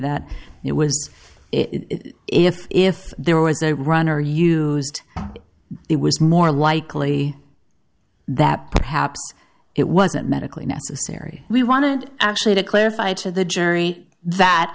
that it was if if there was a runner you it was more likely that perhaps it wasn't medically necessary we wanted actually to clarify to the jury that